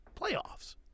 Playoffs